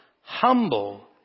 Humble